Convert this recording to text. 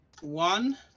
One